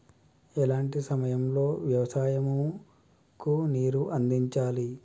ఎలాంటి సమయం లో వ్యవసాయము కు నీరు అందించాలి?